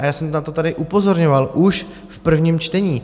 Já jsem na to tady upozorňoval už v prvním čtení.